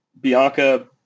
Bianca